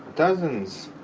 dozens